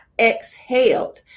exhaled